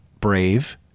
brave